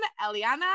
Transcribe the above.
Eliana